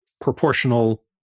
proportional